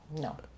No